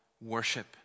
worship